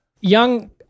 Young